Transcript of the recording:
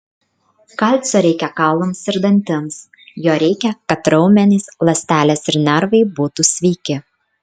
kalcio reikia kaulams ir dantims jo reikia kad raumenys ląstelės ir nervai būtų sveiki